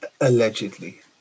Allegedly